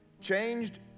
changed